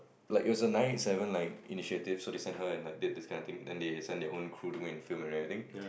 like it was a nine eight seven like initiative so they send her and like did this kind of thing then they send their own crew to go and film and everything